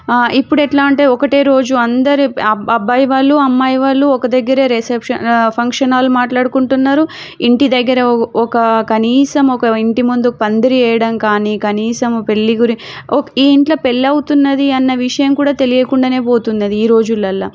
ఇప్పుడెట్లా అంటే ఒకటే రోజు అందరి అబ్బాయి వాళ్ళు అమ్మాయి వాళ్ళు ఒక దగ్గరే రిసెప్షన్ ఫంక్షన్ హాల్ మాట్లాడుకుంటున్నారు ఇంటి దగ్గర ఒక కనీసం ఒక ఇంటి ముందు పందిరి వేయడం కానీ కనీసం పెళ్ళి గురించి ఈ ఇంట్లో పెళ్ళవుతున్నది అన్న విషయం కూడా తెలియకుండానే పోతున్నది ఈ రోజులల్లో